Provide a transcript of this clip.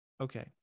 Okay